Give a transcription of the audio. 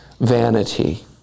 vanity